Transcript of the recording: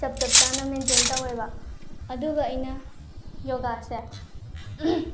ꯆꯞ ꯆꯞ ꯆꯥꯅ ꯃꯦꯟꯇꯦꯟ ꯇꯧꯋꯦꯕ ꯑꯗꯨꯒ ꯑꯩꯅ ꯌꯣꯒꯥꯁꯦ